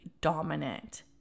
dominant